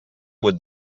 would